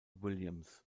williams